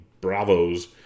Bravos